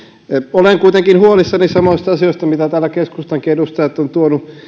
olen kuitenkin huolissani samoista asioista mitä täällä keskustankin edustajat ovat tuoneet